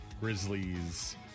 Grizzlies